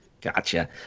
Gotcha